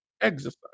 exercise